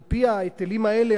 הרי על-פי ההיטלים האלה,